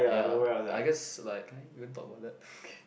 ya I guess like can I even talk about that okay